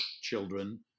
children